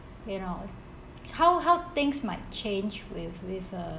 you know how how things might change with with a